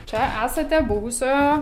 čia esate buvusio